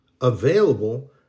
available